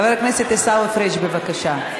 חבר הכנסת עיסאווי פריג', בבקשה.